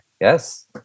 Yes